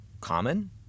common